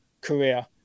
career